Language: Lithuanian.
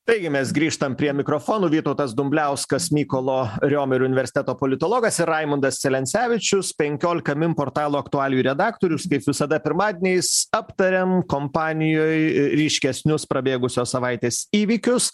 taigi mes grįžtam prie mikrofonų vytautas dumbliauskas mykolo riomerio universiteto politologas ir raimundas celencevičius penkiolika min portalo aktualijų redaktorius kaip visada pirmadieniais aptariam kompanijoj ryškesnius prabėgusios savaitės įvykius